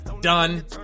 Done